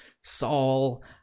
Saul